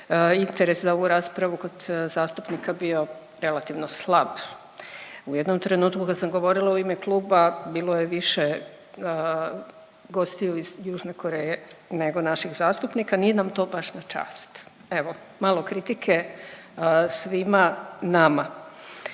interes za ovu raspravu kod zastupnika bio relativno slab. U jednom trenutku kad sam govorila u ime kluba bilo je više gostiju iz Južne Koreje nego naših zastupnika, nije nam to baš na čast, evo malo kritike svima nama.